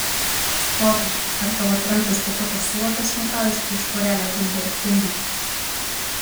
skotai ar tavo trenktas tėtukas suvokė smurtavęs prieš porelę vunderkindų